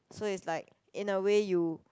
so is like in the way you